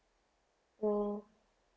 mm